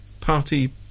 party